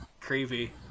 creepy